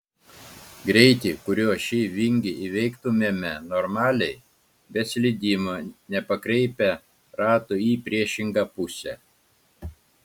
greitį kuriuo šį vingį įveiktumėme normaliai be slydimo nepakreipę ratų į priešingą pusę